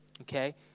Okay